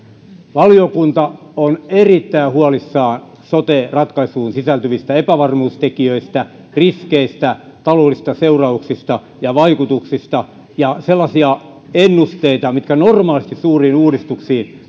valiokunta on erittäin huolissaan sote ratkaisuun sisältyvistä epävarmuustekijöistä riskeistä taloudellisista seurauksista ja vaikutuksista ja sellaisia ennusteita mitkä normaalisti liittyvät suuriin uudistuksiin